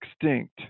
extinct